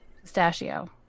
Pistachio